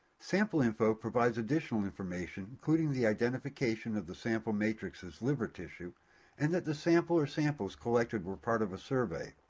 sample info provides additional information including the identification of the sample matrix as liver tissue and that the sample or samples collected were part of a survey.